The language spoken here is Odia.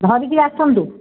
ଧରିକି ଆସନ୍ତୁ